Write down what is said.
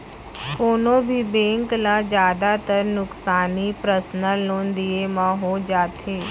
कोनों भी बेंक ल जादातर नुकसानी पर्सनल लोन दिये म हो जाथे